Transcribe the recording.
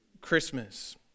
Christmas